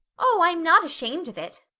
oh, i'm not ashamed of it,